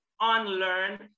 unlearn